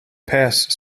pass